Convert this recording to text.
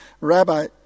Rabbi